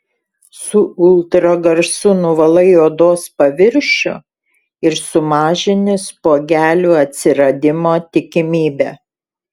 su ultragarsu nuvalai odos paviršių ir sumažini spuogelių atsiradimo tikimybę